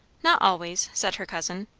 not always, said her cousin.